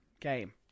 Game